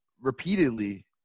repeatedly